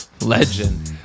legend